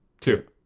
Two